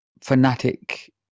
fanatic